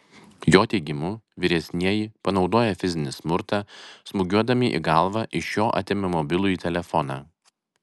jo teigimu vyresnieji panaudoję fizinį smurtą smūgiuodami į galvą iš jo atėmė mobilųjį telefoną